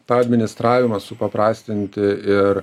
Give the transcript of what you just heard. tą administravimą supaprastinti ir